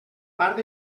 part